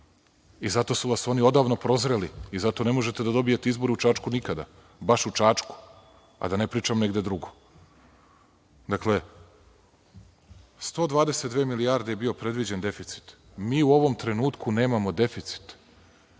i zato su vas oni odavno prozreli i zato ne možete da dobijete izbore u Čačku nikada, baš u Čačku, a da ne pričam negde drugde. Dakle, 122 milijarde je bio predviđen deficit. U ovom trenutku nemamo deficit.